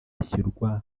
rishyirwa